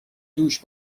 دوش